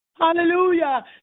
Hallelujah